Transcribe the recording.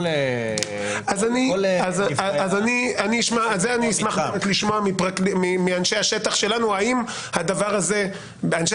אני אשמח לשמוע מאנשי השטח שלנו אלו